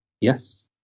Yes